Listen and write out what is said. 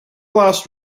last